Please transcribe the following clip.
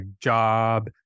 job